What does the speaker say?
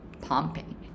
pumping